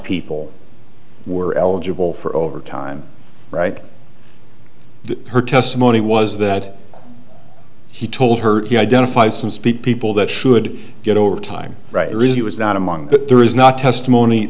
people were eligible for overtime right her testimony was that he told her he identified some speed people that should get overtime right reason was not among but there is not testimony